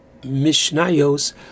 mishnayos